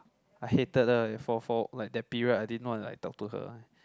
I hated the four four like that period I didn't want to like talk to her